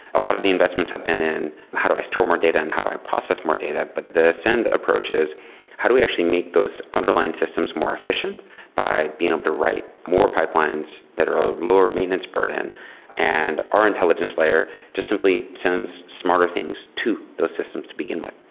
a lot of the investments have been in how do i store more data and how do i process more data. but the ascent approach is how do we actually make those underlying systems more efficient by being able um to write more pipelines that are lower maintenance burden and our intelligence layer just simply sends smarter things to those systems to begin with.